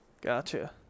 Gotcha